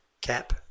cap